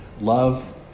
love